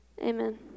Amen